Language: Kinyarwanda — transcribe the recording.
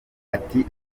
ati